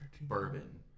bourbon